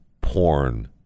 porn